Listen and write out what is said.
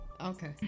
Okay